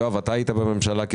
יואב, אתה היית שר בממשלה.